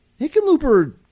Hickenlooper